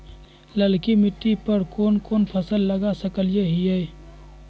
ललकी मिट्टी पर कोन कोन फसल लगा सकय हियय?